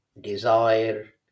desire